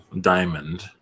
diamond